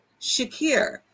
Shakir